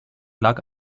lag